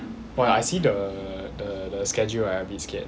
!wah! I see the the schedule I a bit scared